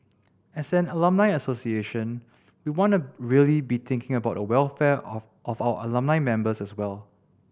as an alumni association we wanna really be thinking about the welfare of of our alumni members as well